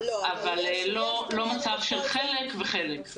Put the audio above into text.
אבל לא מצב של חלק וחלק.